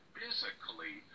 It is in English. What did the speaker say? physically